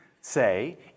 say